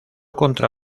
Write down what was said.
contra